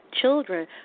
children